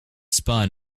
spun